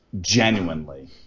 genuinely